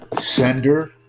Sender